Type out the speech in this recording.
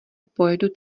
pojedu